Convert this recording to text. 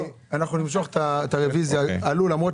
נמשוך את הרביזיה הם עלו,